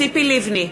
ציפי לבני,